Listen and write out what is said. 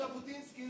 אמר ז'בוטינסקי,